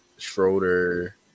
Schroeder